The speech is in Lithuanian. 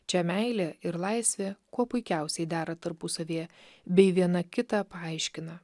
čia meilė ir laisvė kuo puikiausiai dera tarpusavyje bei viena kitą paaiškina